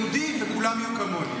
שאומר: רק אני יהודי וכולם יהיו כמוני.